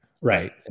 right